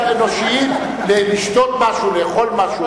אמרתי אנושיים, לשתות משהו, לאכול משהו.